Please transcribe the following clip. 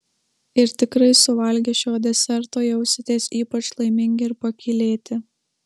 ir tikrai suvalgę šio deserto jausitės ypač laimingi ir pakylėti